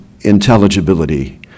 intelligibility